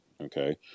Okay